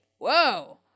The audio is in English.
Whoa